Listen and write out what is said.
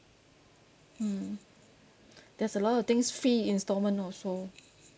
mm there's a lot of things fee instalment also